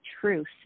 truth